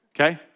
Okay